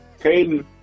Caden